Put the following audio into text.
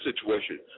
situation